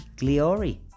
Gliori